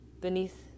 beneath